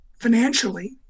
financially